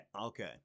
okay